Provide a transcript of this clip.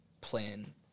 plan